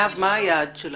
מה היעד שלנו?